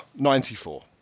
94